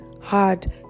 hard